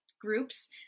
groups